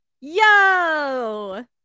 yo